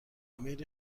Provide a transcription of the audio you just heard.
ایمیل